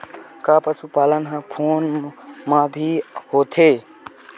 का पशुपालन ह फोन म भी होथे?